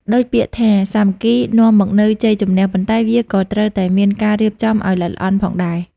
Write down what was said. ដូចពាក្យថា សាមគ្គីនាំមកនៅជ័យជំនះ ប៉ុន្តែវាក៏ត្រូវតែមានការរៀបចំឲ្យល្អិតល្អន់ផងដែរ។